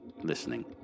listening